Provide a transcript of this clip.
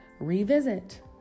revisit